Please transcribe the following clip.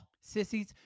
sissies